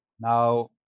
now